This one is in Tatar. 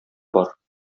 бар